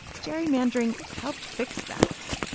gerrymandering helped fix that.